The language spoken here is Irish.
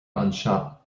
anseo